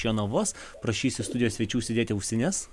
jonavos prašysiu studijos svečių užsidėti ausines